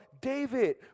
David